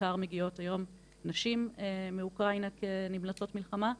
כשבעיקר מגיעות היום נשים מאוקראינה כנמלטות מלחמה,